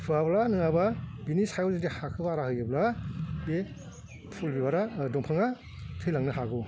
फुवाब्ला नङाबा बेनि सायाव जुदि हाखौ बारा होयोब्ला बे फुल बिबारा दंफाङा थैलांनो हागौ